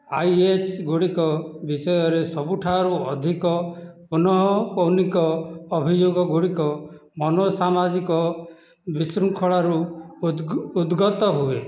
I H ଗୁଡ଼ିକ ବିଷୟରେ ସବୁଠାରୁ ଅଧିକ ପୁନଃପୌନିକ ଅଭିଯୋଗ ଗୁଡ଼ିକ ମନୋସାମାଜିକ ବିଶୃଙ୍ଖଳାରୁ ଉଦ୍ଗତ ହୁଏ